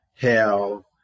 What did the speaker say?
hell